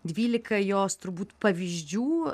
dvylika jos turbūt pavyzdžių